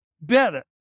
better